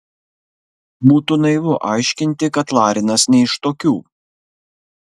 būtų naivu aiškinti kad larinas ne iš tokių